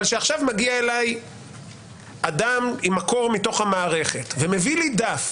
שעכשיו מגיע אליי אדם עם מקור מתוך המערכת ומביא לי דף,